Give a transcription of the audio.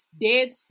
dead